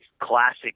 classic